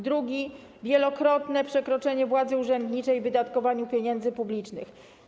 Drugi to wielokrotne przekroczenie władzy urzędniczej w wydatkowaniu pieniędzy publicznych.